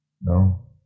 No